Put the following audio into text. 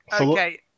okay